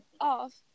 off